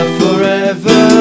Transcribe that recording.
forever